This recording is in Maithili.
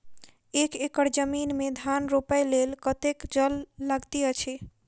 एक एकड़ जमीन मे धान रोपय लेल कतेक जल लागति अछि?